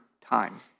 time